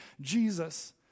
Jesus